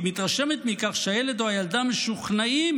והיא מתרשמת מכך שהילד או הילדה משוכנעים